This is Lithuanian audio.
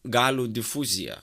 galių difuzija